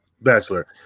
bachelor